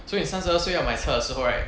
so 你三十二岁要买车的时候 right